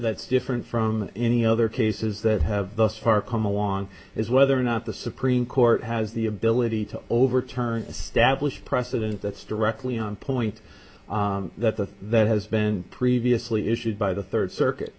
that's different from any other cases that have thus far come on is whether or not the supreme court has the ability to overturn established precedent that's directly on point that the that has been previously issued by the third circuit